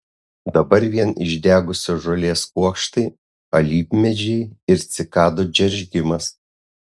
dabar vien išdegusios žolės kuokštai alyvmedžiai ir cikadų džeržgimas